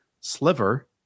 sliver